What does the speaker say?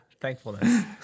Thankfulness